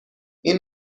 این